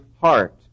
heart